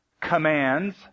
Commands